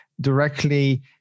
directly